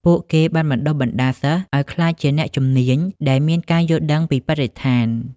ពួកគេបានបណ្តុះបណ្តាលសិស្សឱ្យក្លាយជាអ្នកជំនាញដែលមានការយល់ដឹងពីបរិស្ថាន។